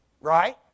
Right